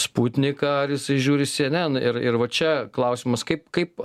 sputniką ar jisai žiūri cnn ir ir va čia klausimas kaip kaip